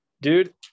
dude